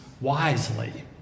wisely